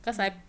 mmhmm